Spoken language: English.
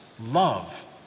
love